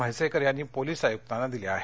म्हैसेकर यांनी पोलीस आयुक्तांना दिल्या आहेत